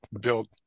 built